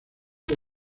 fue